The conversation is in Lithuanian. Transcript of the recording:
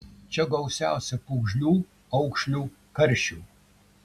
čia gausiausia pūgžlių aukšlių karšių